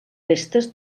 restes